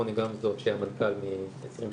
רוני גמזו כשהיה מנכ"ל ב-2012,